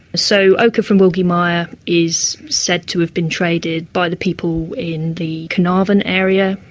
so ochre from wilgie mia is said to have been traded by the people in the carnarvon area,